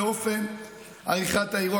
לאופן עריכת האירוע.